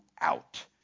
out